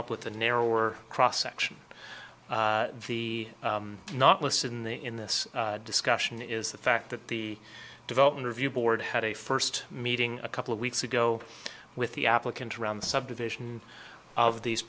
up with a narrower cross section of the not listen in this discussion is the fact that the development review board had a first meeting a couple of weeks ago with the applicant around the subdivision of these